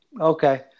Okay